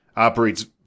operates